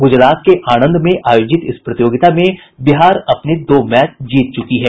गुजरात के आणंद में आयोजित इस प्रतियोगिता में बिहार अपने दो मैच जीत चुकी है